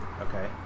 Okay